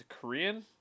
Korean